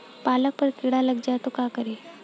पालक पर कीड़ा लग जाए त का करी?